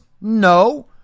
No